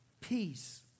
Peace